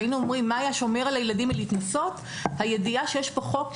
והיינו אומרים: "מה היה שומר על הילדים מלהתנסות?" הידיעה שיש פה חוק,